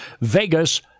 Vegas